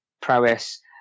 prowess